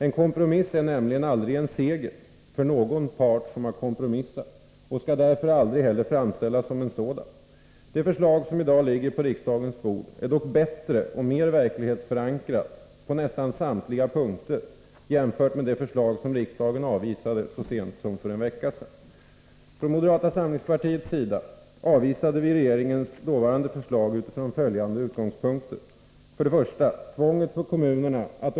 En kompromiss är nämligen aldrig en seger för någon part som har kompromissat och skall därför aldrig heller framställas som en sådan. Det förslag som i dag ligger på riksdagens bord är dock bättre och mer verklighetsförankrat på nästan samtliga punkter jämfört med det förslag som riksdagen avvisade så sent som för en vecka sedan. Från moderata samlingspartiets sida avvisade vi regeringens förslag utifrån följande utgångspunkter: 2.